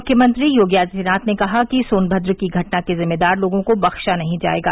मुख्यमंत्री योगी आदित्यनाथ ने कहा कि सोनमद्र की घटना के जिम्मेदार लोगों को बक्शा नहीं जाएगा